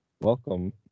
welcome